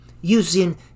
using